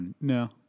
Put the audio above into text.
No